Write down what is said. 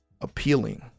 appealing